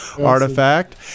artifact